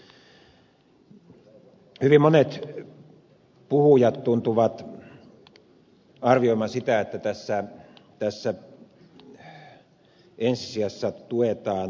hyvin monet puhujat tuntuvat arvioivan että tässä ensi sijassa tuetaan rahoituslaitoksia